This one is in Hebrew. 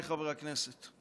חברי הכנסת,